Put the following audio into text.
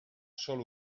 sol